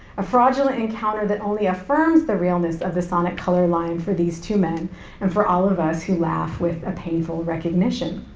a fraudulent encounter that only affirms the realness of the sonic color line for these two men and for all of us who laugh with a painful recognition.